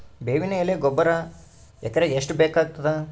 ಬೇವಿನ ಎಲೆ ಗೊಬರಾ ಎಕರೆಗ್ ಎಷ್ಟು ಬೇಕಗತಾದ?